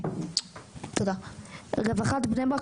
רווחת בני-ברק,